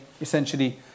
essentially